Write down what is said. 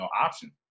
option